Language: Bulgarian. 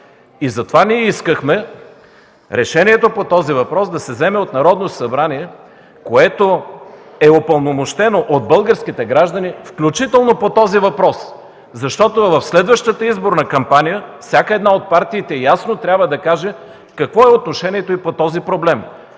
Затова ние искахме решението по този въпрос да се вземе от Народно събрание, което е упълномощено от българските граждани, включително по този въпрос. Защото в следващата изборна кампания всяка една от партиите ясно трябва да каже какво е отношението й по този проблем.